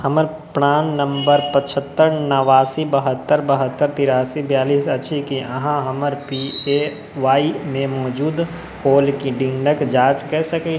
हमर प्राण नम्बर पचहत्तर नवासी बहत्तर बहत्तर तिरासी बयालीस अछि की अहाँ हमर ए पी वाईमे मौजूदा होलडिंगके जाँच कऽ सकैत छी